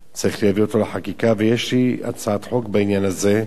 ויש לי הצעת חוק בעניין הזה ואני אניח אותה,